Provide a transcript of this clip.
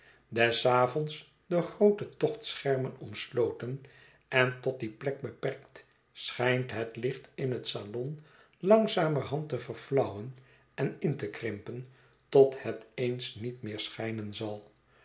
des avonds door groote tochtschermen omsloten en tot die plek beperkt schijnt het licht in het salon langzamerhand te verflauwen en in te krimpen tot het eens niet meer schijnen zal